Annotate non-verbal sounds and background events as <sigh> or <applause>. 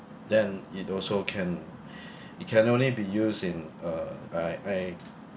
then it also can <breath> it can only be used in uh like I